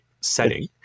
setting